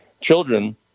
Children